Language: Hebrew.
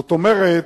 זאת אומרת,